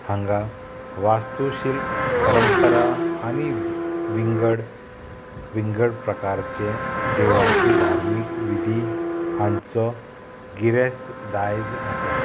हांगा वास्तूशिल्प परंपरा आनी विंगड विंगड प्रकारचे देवळांची धार्मीक विधी हांचो गिरेस्त दायज आसा